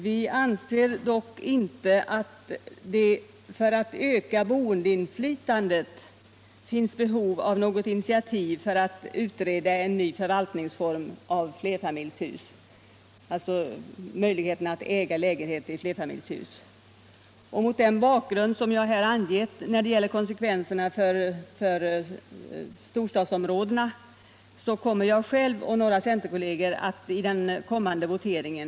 Vi anser dock inte att det — för att öka boendeinflytandet —- finns behov av något initiativ för att utreda en ny förvaltningsform för flerfamiljshus, dvs. möjligheten att äga lägenheter i flerfamiljshus. Mot den bakgrund jag här har angivit när det gäller konsekvenserna för storstadsområdena kommer jag själv och några centerkolleger att avstå från att rösta i den kommande voteringen.